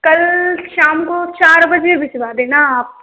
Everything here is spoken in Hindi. कल शाम को चार बजे भिजवा देना आप